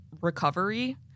recovery